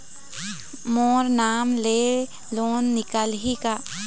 मोर नाम से लोन निकारिही का?